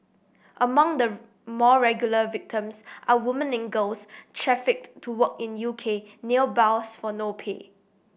among the more regular victims are women and girls trafficked to work in U K nail bars for no pay